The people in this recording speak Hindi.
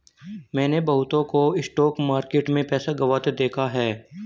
मैंने बहुतों को स्टॉक मार्केट में पैसा गंवाते देखा हैं